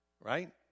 right